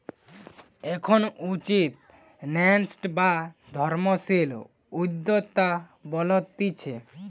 এখন উঠতি ন্যাসেন্ট বা বর্ধনশীল উদ্যোক্তা বলতিছে